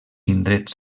indrets